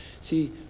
See